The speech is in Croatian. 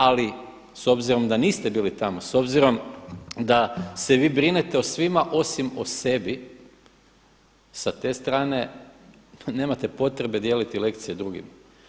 Ali s obzirom da niste bili tamo, s obzirom da se vi brinete o svima osim o sebi sa te strane nemate potrebe dijeliti lekcije drugima.